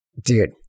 dude